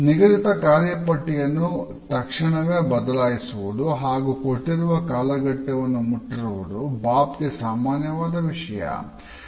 ನಿಗದಿತ ಕಾರ್ಯಪಟ್ಟಿಯನ್ನು ತಕ್ಷಣವೇ ಬದಲಾಯಿಸುವುದು ಹಾಗೂ ಕೊಟ್ಟಿರುವ ಕಾಲಘಟ್ಟವನ್ನು ಮುಟ್ಟದಿರುವುದು ಬಾಬ್ ಗೆ ಸಾಮಾನ್ಯವಾದ ವಿಷಯ